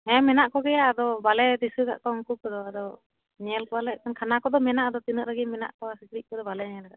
ᱦᱮᱸ ᱢᱮᱱᱟᱜ ᱠᱚᱜᱮᱭᱟ ᱟᱫᱚ ᱵᱟᱞᱮ ᱫᱤᱥᱟᱹ ᱟᱠᱟᱫ ᱠᱚᱣᱟ ᱩᱱᱠᱩ ᱠᱚᱫ ᱟᱫᱚ ᱧᱮᱞ ᱠᱚᱣᱟ ᱞᱮ ᱱᱟᱜᱠᱷᱟᱱ ᱠᱷᱟᱱᱟ ᱠᱚᱫᱚ ᱢᱮᱱᱟᱜᱼᱟ ᱟᱫᱚ ᱨᱟᱜᱤ ᱢᱮᱱᱟᱜ ᱠᱚᱣᱟ ᱥᱤᱠᱲᱤᱡ ᱠᱚᱫᱚ ᱵᱟᱞᱮ ᱧᱮᱞ ᱟᱠᱟᱫ ᱠᱚᱣᱣᱟ